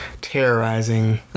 terrorizing